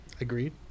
Agreed